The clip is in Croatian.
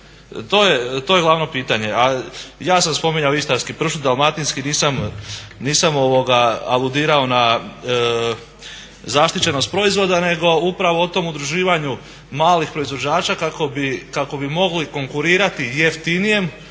To je glavno pitanje. A ja sam spominjao istarski pršut, dalmatinski nisam aludirao na zaštićenost proizvoda nego upravo o tom udruživanju malih proizvođača kako bi mogli konkurirati jeftinijem